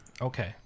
Okay